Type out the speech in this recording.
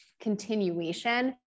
continuation